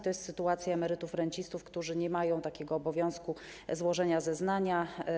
To jest sytuacja emerytów i rencistów, którzy nie mają obowiązku złożenia zeznania.